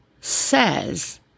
says